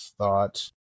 thought